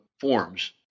forms